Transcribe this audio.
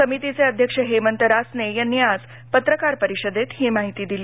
समितीचे अध्यक्ष हेमंत रासने यांनी आज पत्रकार परिषदेत ही माहिती दिली